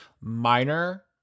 minor